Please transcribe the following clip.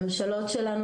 הממשלות שלנו,